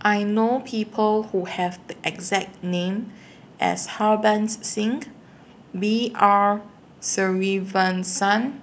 I know People Who Have The exact name as Harbans Singh B R Sreenivasan